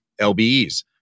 LBEs